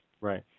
Right